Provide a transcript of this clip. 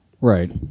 Right